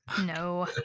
No